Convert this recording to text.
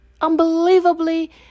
unbelievably